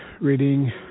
reading